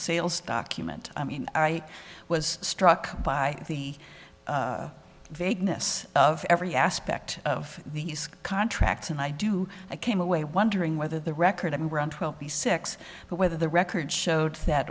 sales document i mean i was struck by the vagueness of every aspect of these contracts and i do i came away wondering whether the record of the six but whether the record showed that